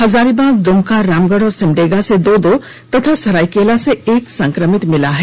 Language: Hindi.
हजारीबाग दुमका रामगढ़ और सिमडेगा से दो दो तथा सरायकेला से एक संक्रमित मिला है